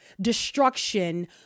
destruction